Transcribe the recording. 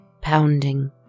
pounding